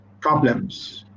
problems